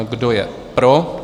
Kdo je pro?